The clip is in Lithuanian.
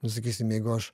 nu sakysim jeigu aš